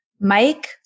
Mike